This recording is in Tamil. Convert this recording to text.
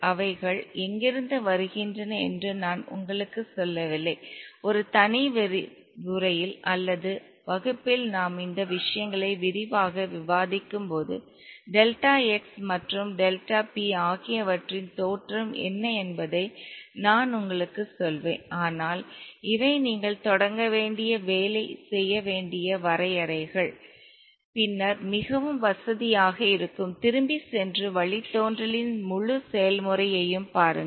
அவைகள் எங்கிருந்து வருகின்றன என்று நான் உங்களுக்குச் சொல்லவில்லை ஒரு தனி விரிவுரையில் அல்லது வகுப்பில் நாம் இந்த விஷயங்களை விரிவாக விவாதிக்கும்போது டெல்டா x மற்றும் டெல்டா p ஆகியவற்றின் தோற்றம் என்ன என்பதை நான் உங்களுக்குச் சொல்வேன் ஆனால் இவை நீங்கள் தொடங்க வேண்டிய வேலை செய்ய வேண்டிய வரையறைகள் பின்னர் மிகவும் வசதியாக இருக்கும் திரும்பிச் சென்று வழித்தோன்றலின் முழு செயல்முறையையும் பாருங்கள்